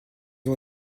ont